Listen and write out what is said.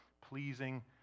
pleasing